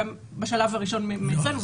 בשלב הראשון אצלנו,